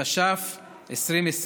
התש"ף 2020,